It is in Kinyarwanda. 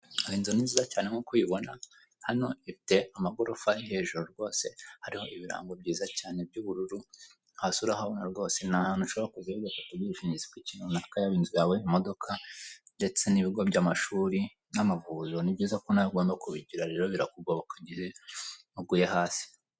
Iyi inzu ni nziza cyane nkuko uyibona hano ifite amagorofa ari hejuru rwose hariho ibirango byiza cyane by'ubururu, hasi urahabona rwose ni ahantu ushobora kujyayo ugafata ubwishingizi bw'ikintu runaka yaba inzu yawe, imodoka ndetse n'ibigo by'amashuri, n'amavuriro ni byiza ko nawe ugomba kubigira rero birakugoboka igihe waguye hasi.